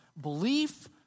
belief